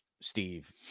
Steve